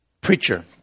Preacher